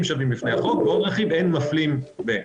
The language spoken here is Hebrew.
שווים בפני החוק ועוד רכיב: אין מפלים ב-.